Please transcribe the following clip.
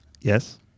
Yes